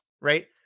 Right